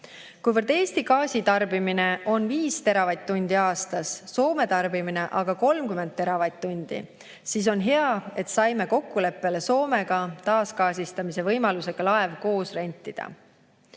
Kuivõrd Eesti gaasitarbimine on 5 teravatt-tundi aastas, Soome tarbimine aga 30 teravatt-tundi, siis on hea, et saime Soomega kokkuleppele taasgaasistamise võimalusega laev koos rentida.